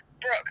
Brooke